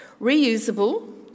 Reusable